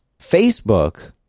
Facebook